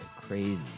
crazy